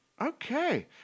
okay